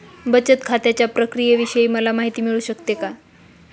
बचत खात्याच्या प्रक्रियेविषयी मला माहिती मिळू शकते का?